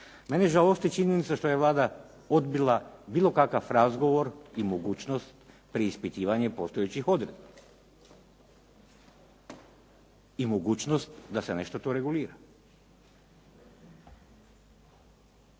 Mene žalosti činjenica što je Vlada odbila bilo kakav razgovor i mogućnost, pri ispitivanje određenih odredba i mogućnost da se nešto to regulira.